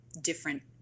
different